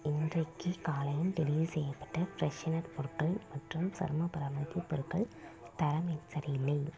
இன்றைக்கு காலையில் டெலிவரி செய்யப்பட்ட ஃப்ரெஷனர் பொருட்கள் மற்றும் சரும பராமரிப்பு பொருட்கள் தரம் சரியில்லை